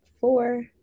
four